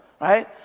right